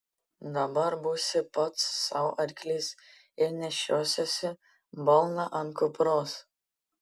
dabar būsiu pats sau arklys ir nešiosiuosi balną ant kupros